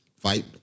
Fight